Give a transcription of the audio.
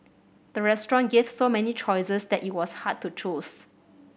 the restaurant gave so many choices that it was hard to choose